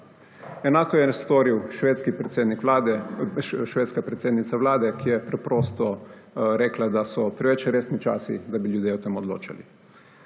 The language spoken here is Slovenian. Enako je storil švedska predsednica vlade, ki je preprosto rekla, da so preveč resni časi, da bi ljudje o tem odločali.